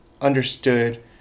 understood